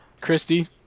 Christy